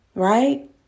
Right